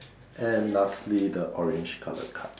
and lastly the orange colour cards